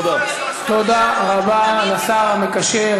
הוא תמיד יכול, הוויכוח, תודה רבה לשר המקשר.